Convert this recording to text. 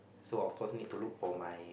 so of course need to look for my